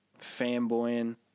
fanboying